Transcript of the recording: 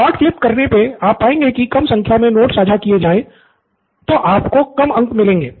plot flip करने पे आप पाएंगे कि कम संख्या में नोट्स साझा किए जाएं तो आपको कम अंक मिलेंगे